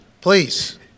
please